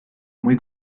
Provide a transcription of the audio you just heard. muy